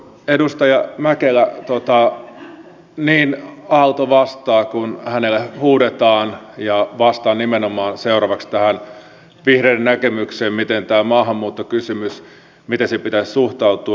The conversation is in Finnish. edustaja mäkelä niin aalto vastaa kuin hänelle huudetaan ja vastaa nimenomaan seuraavaksi tähän vihreiden näkemykseen miten tähän maahanmuuttokysymykseen miten siihen pitäisi suhtautua